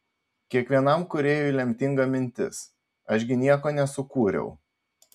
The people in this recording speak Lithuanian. kiekvienam kūrėjui lemtinga mintis aš gi nieko nesukūriau